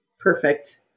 Perfect